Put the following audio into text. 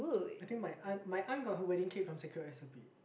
I think my aunt my aunt got her wedding cake from secret recipe